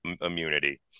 immunity